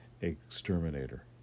exterminator